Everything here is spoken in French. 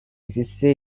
existait